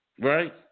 Right